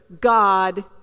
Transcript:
God